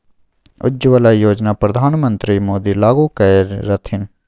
उज्जवला योजना परधान मन्त्री मोदी लागू कएने रहथिन